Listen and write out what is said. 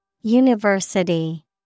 University